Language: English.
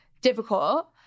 difficult